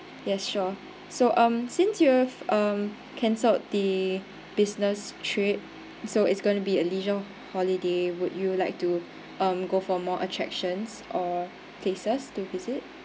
yes sure so um since you have um cancelled the business trip so it's gonna be a leisure holiday would you like to um go for more attractions or places to visit